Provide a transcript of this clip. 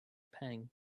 pang